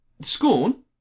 Scorn